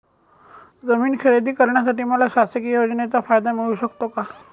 जमीन खरेदी करण्यासाठी मला शासकीय योजनेचा फायदा मिळू शकतो का?